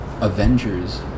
Avengers